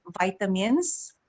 vitamins